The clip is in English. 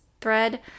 thread